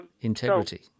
Integrity